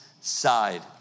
side